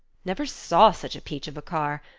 never saw such a peach of a car.